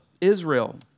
Israel